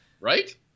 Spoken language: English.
right